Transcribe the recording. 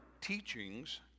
teachings